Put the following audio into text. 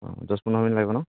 অঁ দচ পোন্ধৰ মিনিট লাগিব ন'